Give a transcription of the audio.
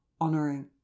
honoring